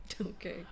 Okay